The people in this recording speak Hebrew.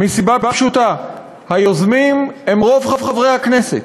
מסיבה פשוטה: היוזמים הם רוב חברי הכנסת,